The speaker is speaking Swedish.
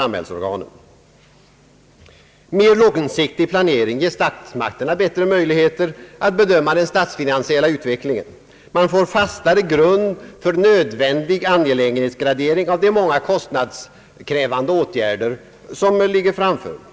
Mer långsiktig planering ger statsmakterna bättre möjligheter att bedöma den statsfinansiella utvecklingen. Man får fastare grund för nödvändig angelägenhetsgradering av de många kostnadskrävande åtaganden som ligger framför.